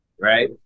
Right